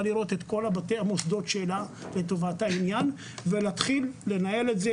לראות את כל בתי המוסדות שלה לטובת העניין ולהתחיל לנהל את זה